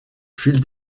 fil